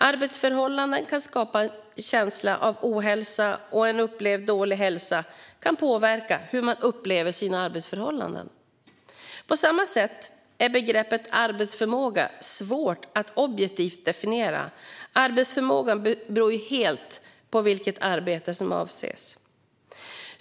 Arbetsförhållanden kan skapa en känsla av ohälsa, och en upplevd dålig hälsa kan påverka hur man upplever sina arbetsförhållanden. På samma sätt är begreppet arbetsförmåga svårt att objektivt definiera. Arbetsförmågan beror helt på vilket arbete som avses.